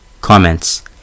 Comments